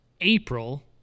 April